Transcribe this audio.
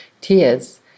tears